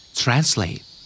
translate